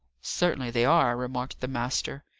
certainly they are, remarked the master.